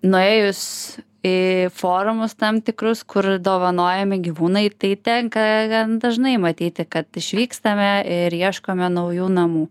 nuėjus į forumus tam tikrus kur dovanojami gyvūnai tai tenka gan dažnai matyti kad išvykstame ir ieškome naujų namų